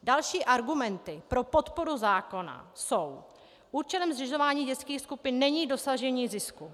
Další argumenty pro podporu zákona jsou: Účelem zřizování dětských skupin není dosažení zisku.